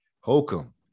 Holcomb